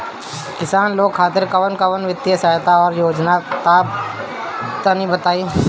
किसान लोग खातिर कवन कवन वित्तीय सहायता और योजना बा तनि बताई?